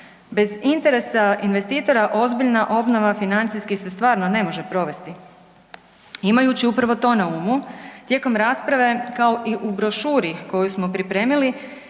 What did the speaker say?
Bez interesa investitora ozbiljna obnova financijski se stvarno ne može provesti. Imajući upravo to na umu tijekom rasprave kao i u brošuri koju smo pripremili,